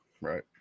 Right